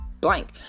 blank